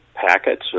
packets